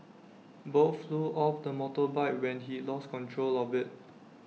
both flew off the motorbike when he lost control of IT